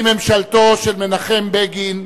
היא ממשלתו של מנחם בגין,